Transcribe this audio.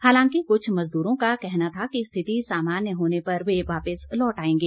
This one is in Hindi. हालांकि कुछ मजदूरों का कहना था कि स्थिति सामान्य होने पर वे वापस लौट आएंगे